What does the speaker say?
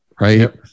right